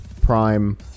Prime